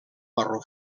marró